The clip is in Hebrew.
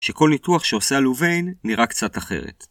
שכל ניתוח שעושה הלוביין נראה קצת אחרת.